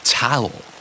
Towel